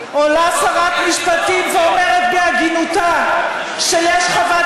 עולה שרת משפטים ואומרת בהגינותה שיש חוות